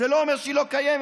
זה לא אומר שהיא לא קיימת.